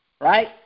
right